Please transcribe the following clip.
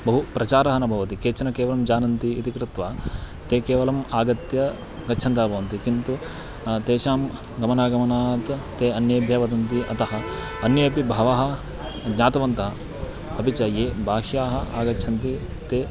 बहु प्रचारः न भवति केचन केवलं जानन्ति इति कृत्वा ते केवलम् आगत्य गच्छन्तः भवन्ति किन्तु तेषां गमनागमनात् ते अन्येभ्यः वदन्ति अतः अन्येऽपि बहवः ज्ञातवन्तः अपि च ये बाह्याः आगच्छन्ति ते